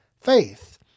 faith